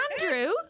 Andrew